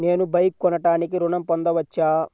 నేను బైక్ కొనటానికి ఋణం పొందవచ్చా?